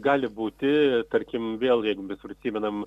gali būti tarkim vėl jeigu mes prisimenam